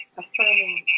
affirming